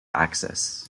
access